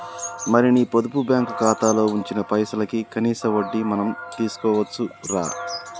మరి నీ పొదుపు బ్యాంకు ఖాతాలో ఉంచిన పైసలకి కనీస వడ్డీ మనం తీసుకోవచ్చు రా